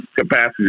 capacity